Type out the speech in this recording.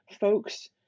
folks